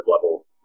level